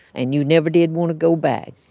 and you never did want to go back